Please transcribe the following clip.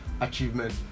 Achievement